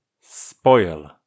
spoil